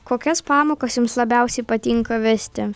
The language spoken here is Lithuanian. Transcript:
kokias pamokas jums labiausiai patinka vesti